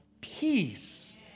peace